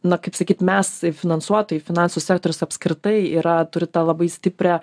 na kaip sakyt mes finansuotojai finansų sektorius apskritai yra turi tą labai stiprią